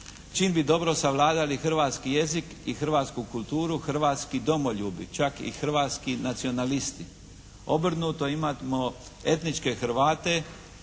čim bi dobro savladali hrvatski jezik i hrvatsku kulturu, hrvatski domoljubi, čak i hrvatski nacionalisti. Obrnuto imamo etničke Hrvate